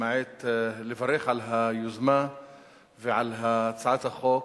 למעט לברך על היוזמה ועל הצעת החוק,